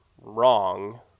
wrong